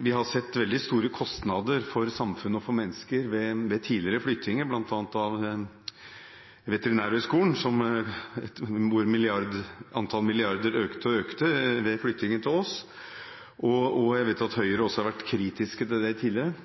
Vi har sett veldig store kostnader for samfunnet og for mennesker ved tidligere flyttinger, bl.a. av Veterinærhøgskolen, hvor antallet milliarder økte og økte ved flyttingen til Ås. Jeg vet at Høyre også har vært kritiske til det tidligere.